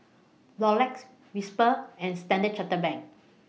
Rolex Whisper and Standard Chartered Bank